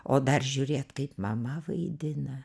o dar žiūrėt kaip mama vaidina